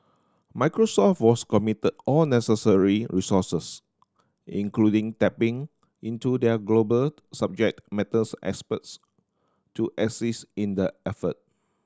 Microsoft was committed all necessary resources including tapping into their global subject matters experts to assist in the effort